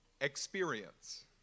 experience